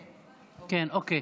אוקיי.